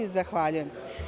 Zahvaljujem.